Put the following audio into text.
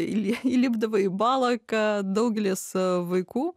eilė įlipdavo į balą kad daugelis vaikų